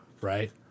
Right